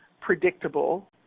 predictable